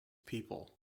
people